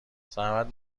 زحمت